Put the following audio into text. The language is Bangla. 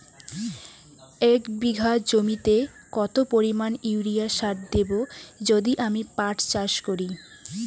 এক বিঘা জমিতে কত পরিমান ইউরিয়া সার দেব যদি আমি পাট চাষ করি?